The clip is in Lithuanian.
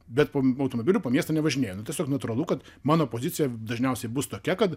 bet po automobiliu po miestą nevažinėju nu tiesiog natūralu kad mano pozicija dažniausiai bus tokia kad